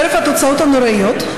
חרף התוצאות הנוראיות,